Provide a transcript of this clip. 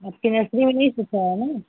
आपके पास में वह नहीं सूखा है ना